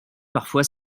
parfois